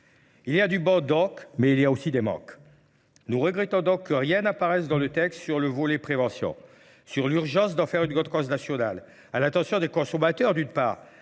Il y a du bon doc, mais il y a aussi des mocs. Nous regrettons donc que rien n'apparaisse dans le texte sur le volet prévention, sur l'urgence d'en faire une grande cause nationale, à l'attention des consommateurs d'une part,